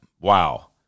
wow